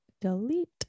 Delete